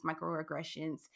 microaggressions